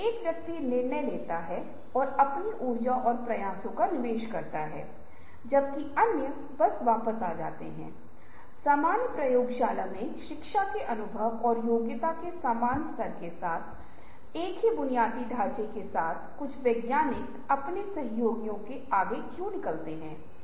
और यह व्यक्तिगत पूर्वाग्रह का भी इस अर्थ में मुकाबला करेगा कि यदि मेरे पास पक्षपातपूर्ण जानकारी है या उचित तर्क और जानकारी के साथ पक्षपाती विचार है तो इसे ओवर स्टेक होल्डर्स द्वारा काउंटर किया जाएगा